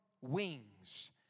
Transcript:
wings